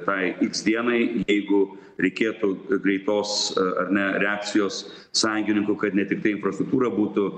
tai dienai jeigu reikėtų greitos ar ne reakcijos sąjungininkų kad ne tiktai infrastruktūra būtų